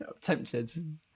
tempted